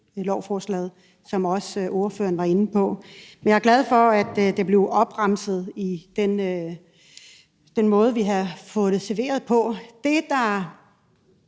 lovforslaget, som også ordføreren var inde på. Men jeg er glad for, at det blev opremset, altså den måde, vi har fået det serveret på.